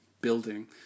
building